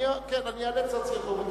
כן, אני איאלץ להוציא אותו.